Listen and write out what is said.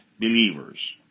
believers